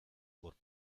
por